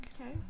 Okay